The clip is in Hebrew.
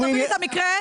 תביא לי את המקרה.